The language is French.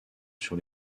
sur